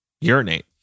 urinate